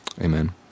Amen